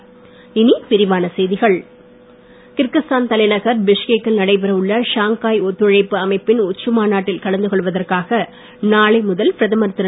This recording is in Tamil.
மோடி கிர்கிஸ்தான் தலைநகர் பிஷ்கேக்கில் நடைபெற உள்ள ஷாங்காய் ஒத்துழைப்பு அமைப்பின் உச்சி மாநாட்டில் கலந்து கொள்வதற்காக நாளை முதல் பிரதமர் திரு